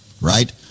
right